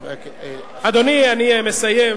אדוני, אני מסיים.